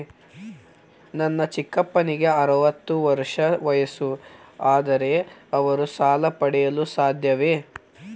ನನ್ನ ಚಿಕ್ಕಪ್ಪನಿಗೆ ಅರವತ್ತು ವರ್ಷ ವಯಸ್ಸು, ಆದರೆ ಅವರು ಸಾಲ ಪಡೆಯಲು ಸಾಧ್ಯವೇ?